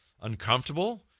uncomfortable